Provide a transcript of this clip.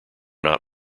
not